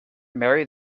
marry